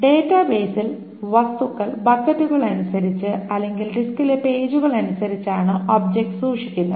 ഡാറ്റാബേസിൽ വസ്തുക്കൾ ബക്കറ്റുകൾ അനുസരിച്ച് അല്ലെങ്കിൽ ഡിസ്കിലെ പേജുകൾ അനുസരിച്ചാണ് ഒബ്ജെക്ട്സ് സൂക്ഷിക്കുന്നത്